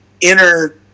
inner